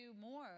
more